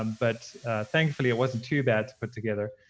um but thankfully, it wasn't too bad to put together.